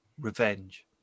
revenge